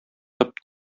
тып